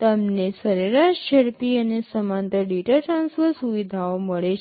તમને સરેરાશ ઝડપી અને સમાંતર ડેટા ટ્રાન્સફર સુવિધાઓ મળે છે